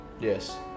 Yes